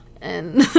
and-